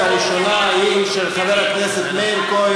חברת הכנסת ברקו,